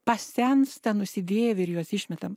pasensta nusidėvi ir juos išmetam